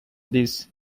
this